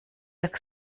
jak